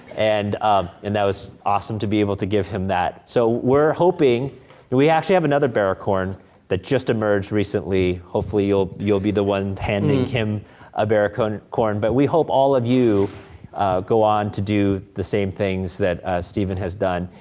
and ah and that was awesome to be able to give him that. so, we're hoping, that we, actually, have another bearicorn that just emerged recently, hopefully you'll you'll be the one tending him a bearicorn. but we hope all of you do go on to do the same things that steven has done.